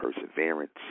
perseverance